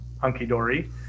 hunky-dory